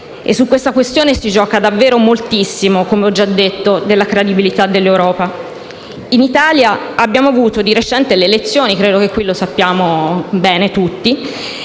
E su tale questione si gioca davvero moltissimo, come ho già detto, della credibilità dell'Europa. In Italia abbiamo avuto di recente le elezioni - e qui lo sappiamo bene tutti